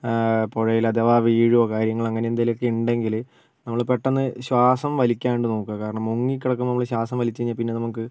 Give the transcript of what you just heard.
പുഴയിലധവ വീഴുവൊ കാര്യങ്ങളങ്ങനെ എന്തേലുമൊക്കെ ഉണ്ടെങ്കിൽ നമ്മൾ പെട്ടന്ന് ശ്വാസം വലിക്കാണ്ട് നോക്കുക കാരണം മുങ്ങിക്കിടക്കുമ്പോൾ നമ്മൾ ശ്വാസം വലിച്ച് കഴിഞ്ഞാൽ പിന്നെ നമുക്ക്